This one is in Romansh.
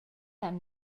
han